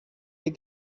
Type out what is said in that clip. hier